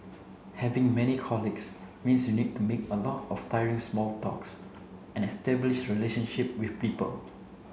having many colleagues means you need to make a lot of tiring small talk and establish relationship with people